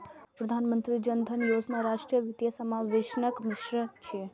प्रधानमंत्री जन धन योजना राष्ट्रीय वित्तीय समावेशनक मिशन छियै